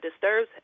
disturbs